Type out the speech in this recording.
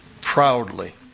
proudly